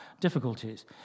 difficulties